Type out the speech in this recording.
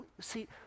See